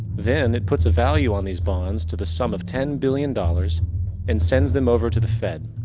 then it puts a value on these bonds to the sum of ten billion dollars and sends them over to the fed.